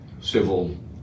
civil